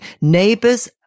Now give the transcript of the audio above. Neighbors